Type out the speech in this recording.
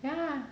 ya lah